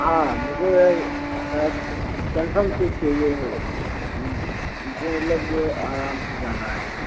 हाँ मुझे confirm seat चाहिए है मुझे मतलब आराम से जाना है